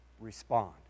respond